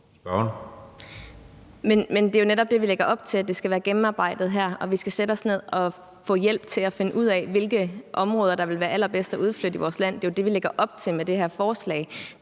lægger jo netop op til, at det skal være gennemarbejdet, og at vi skal sætte os ned og få hjælp til at finde ud af, hvilke områder det vil være allerbedst at udflytte i vores land. Det er jo det, vi lægger op til med det her forslag.